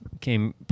came